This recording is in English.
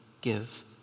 give